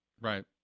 Right